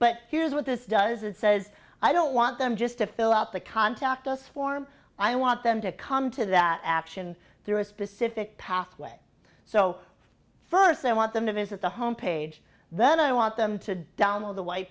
but here's what this does and says i don't want them just to fill out the contact us form i want them to come to that action through a specific pathway so first i want them to visit the home page then i want them to download the white